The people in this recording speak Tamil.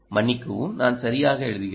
மன்னிக்கவும் நான் சரியாக எழுதுகிறேன்